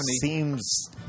seems